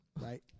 Right